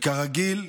כרגיל,